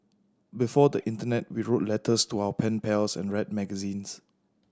before the internet we wrote letters to our pen pals and read magazines